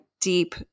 deep